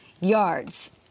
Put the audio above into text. yards